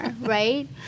right